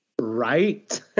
Right